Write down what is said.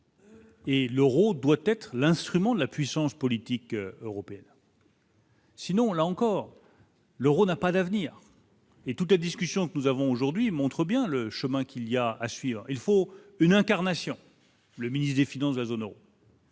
Et l'Euro doit être l'instrument de la puissance politique européenne. Sinon, là encore. L'Euro n'a pas d'avenir et toutes les discussions que nous avons aujourd'hui montre bien le chemin qu'il y a à suivre, il faut une incarnation, le ministre des Finances de la zone Euro.